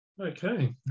Okay